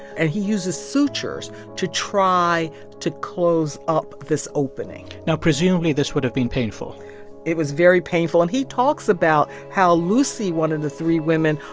and he uses sutures to try to close up this opening now, presumably, this would have been painful it was very painful, and he talks about how lucy, one of the three women,